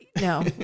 No